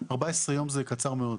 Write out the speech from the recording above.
14 יום זה קצר מאוד.